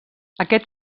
aquest